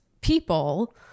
people